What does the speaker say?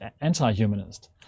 anti-humanist